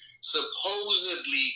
supposedly